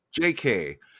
jk